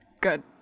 good